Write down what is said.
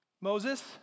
Moses